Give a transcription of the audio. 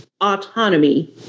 autonomy